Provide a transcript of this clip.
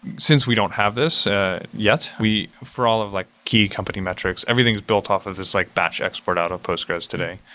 since we don't have this ah yet, for all of like key company metrics, everything is built off of this like batch export out of postgres today,